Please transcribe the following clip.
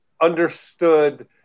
understood